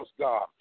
God